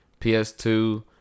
PS2